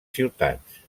ciutats